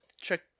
check